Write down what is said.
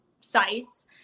sites